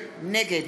נגד